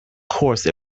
course